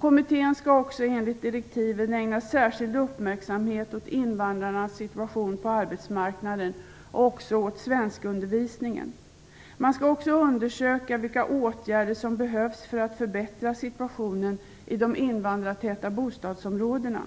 Kommittén skall också enligt direktiven ägna särskild uppmärksamhet åt invandrarnas situation på arbetsmarknaden och också åt svenskundervisningen. Man skall också undersöka vilka åtgärder som behövs för att förbättra situationen i de invandrartäta bostadsområdena.